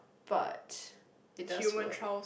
but it does work